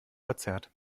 verzerrt